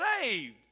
saved